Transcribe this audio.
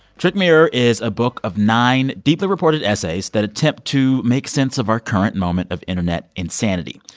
trick mirror is a book of nine deeply reported essays that attempt to make sense of our current moment of internet insanity.